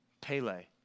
Pele